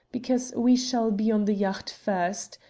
because we shall be on the yacht first.